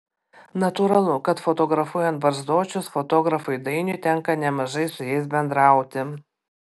natūralu kad fotografuojant barzdočius fotografui dainiui tenka nemažai su jais bendrauti